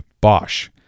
Bosch